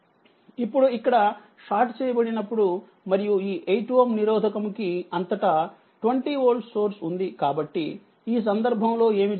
ఇప్పుడు ఇక్కడ షార్ట్ చెయ్యబడినప్పుడు మరియు ఈ 8Ω నిరోధకము కి అంతటా 20V సోర్స్ వుంది కాబట్టి ఈ సందర్భంలో ఏమిజరుగుతుంది